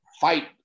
fight